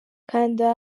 kanda